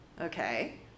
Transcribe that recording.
Okay